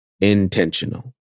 intentional